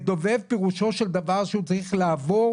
מדובב פירושו של דבר שהוא צריך לעבור